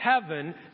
heaven